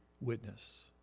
witness